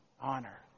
honor